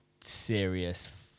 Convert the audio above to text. serious